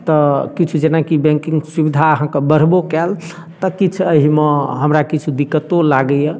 तऽ किछु जेनाकि बैंकिंग सुविधा अहाँके बढ़बो कयल तऽ किछु अहिमे हमरा किछु दिक्कतो लागैये